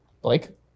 Blake